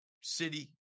city